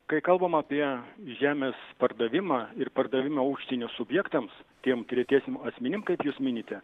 kai kalbam apie žemės pardavimą ir pardavimą užsienio subjektams tiem tretiesiem asmenim kaip jūs minite